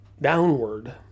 downward